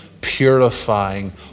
purifying